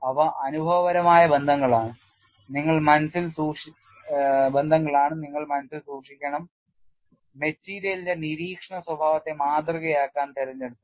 അവ അനുഭവപരമായ ബന്ധങ്ങളാണ് നിങ്ങൾ മനസ്സിൽ സൂക്ഷിക്കണം മെറ്റീരിയലിന്റെ നിരീക്ഷിച്ച സ്വഭാവത്തെ മാതൃകയാക്കാൻ തിരഞ്ഞെടുത്തു